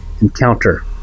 Encounter